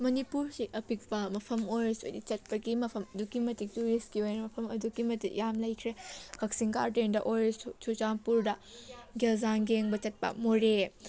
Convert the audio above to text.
ꯃꯅꯤꯄꯨꯔꯁꯦ ꯑꯄꯤꯛꯄ ꯃꯐꯝ ꯑꯣꯏꯔꯁꯨ ꯍꯥꯏꯗꯤ ꯆꯠꯄꯒꯤ ꯃꯐꯝ ꯑꯗꯨꯛꯀꯤ ꯃꯇꯤꯛ ꯇꯧꯔꯤꯁ꯭ꯠꯀꯤ ꯑꯣꯏꯅ ꯃꯐꯝ ꯑꯗꯨꯛꯀꯤ ꯃꯇꯤꯛ ꯌꯥꯝ ꯂꯩꯈ꯭ꯔꯦ ꯀꯛꯆꯤꯡ ꯒꯥꯔꯗꯦꯟꯗ ꯑꯣꯏꯔꯁꯨ ꯆꯨꯔꯆꯥꯟꯗꯄꯨꯔꯗ ꯒꯦꯜꯖꯥꯡ ꯌꯦꯡꯕ ꯆꯠꯄ ꯃꯣꯔꯦ